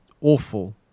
awful